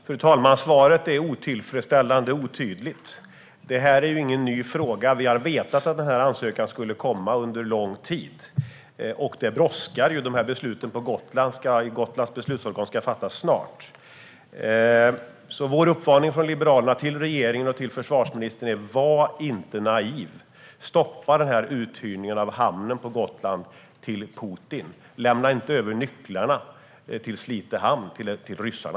Fru talman! Svaret är otillfredsställande och otydligt. Detta är ingen ny fråga, utan vi har under lång tid vetat att ansökan skulle komma. Det brådskar ju - Gotlands beslutsorgan ska fatta beslut snart. Liberalernas uppmaning till regeringen och försvarsministern är därför: Var inte naiv! Stoppa uthyrningen av hamnen på Gotland till Putin. Lämna inte över nycklarna till Slite hamn till ryssarna!